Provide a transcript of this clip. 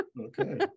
Okay